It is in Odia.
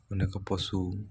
ଅନେକ ପଶୁ